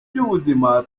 by’ubuzima